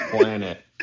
planet